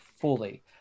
fully